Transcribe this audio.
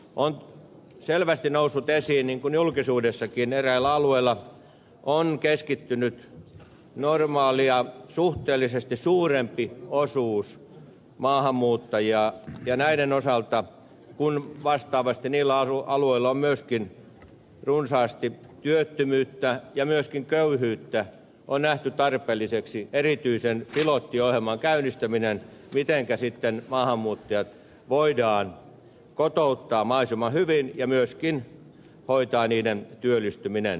on selvästi noussut esiin niin kuin julkisuudessakin että eräille alueille on keskittynyt normaalia suhteellisesti suurempi osuus maahanmuuttajia ja näiden osalta kun vastaavasti niillä alueilla on myöskin runsaasti työttömyyttä ja myöskin köyhyyttä on nähty tarpeelliseksi erityisen pilottiohjelman käynnistäminen mitenkä sitten maahanmuuttajat voidaan kotouttaa mahdollisimman hyvin ja myöskin hoitaa heidän työllistymisensä